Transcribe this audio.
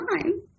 time